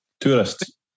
Tourists